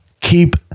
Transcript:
keep